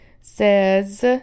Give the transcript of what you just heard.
says